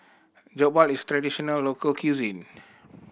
Jokbal is traditional local cuisine